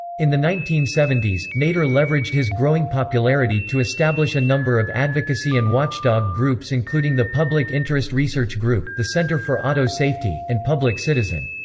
in the nineteen seventy s, nader leveraged his growing popularity to establish a number of advocacy and watchdog groups including the public interest research group, the center for auto safety, and public citizen.